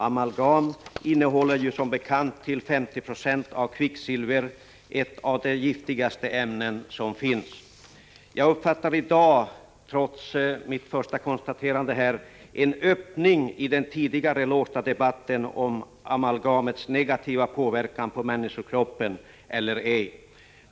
Amalgam innehåller som bekant 50 26 kvicksilver, ett av de giftigaste ämnen som finns. Jag uppfattar i dag, trots mitt första konstaterande här, en öppning i den tidigare låsta debatten om huruvida amalgamet har negativ påverkan på människokroppen eller ej.